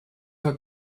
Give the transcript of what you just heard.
her